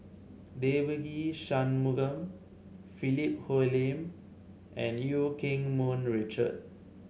Devagi Sanmugam Philip Hoalim and Eu Keng Mun Richard